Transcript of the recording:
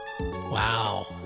Wow